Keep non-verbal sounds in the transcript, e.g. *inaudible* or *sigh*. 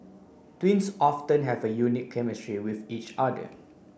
twins *unintelligible* have a unique chemistry with each other